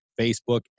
Facebook